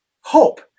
hope